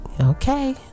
okay